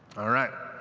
all right,